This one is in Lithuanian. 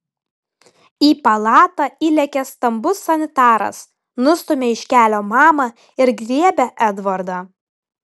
į palatą įlekia stambus sanitaras nustumia iš kelio mamą ir griebia edvardą